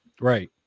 Right